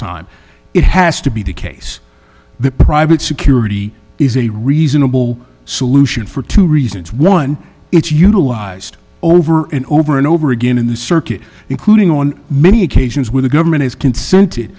time it has to be the case that private security is a reasonable solution for two reasons one it's utilized over and over and over again in the circuit including on many occasions where the government has consented